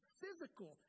physical